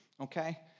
okay